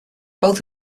both